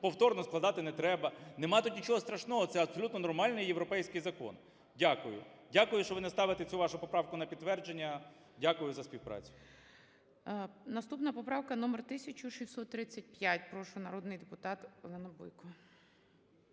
повторно складати не треба. Немає тут нічого страшного, це абсолютно нормальний європейський закон. Дякую. Дякую, що ви не ставите цю вашу поправку на підтвердження. Дякую за співпрацю. ГОЛОВУЮЧИЙ. Наступна поправка - номер 1635. Прошу, народний депутат Олена Бойко.